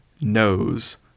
knows